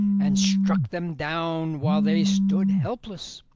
and struck them down while they stood helpless.